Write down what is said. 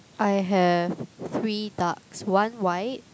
I have three ducks one white